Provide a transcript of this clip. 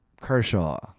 Kershaw